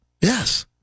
Yes